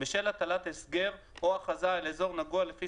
בשל הטלת הסגר או הכרזה על אזור נגוע לפי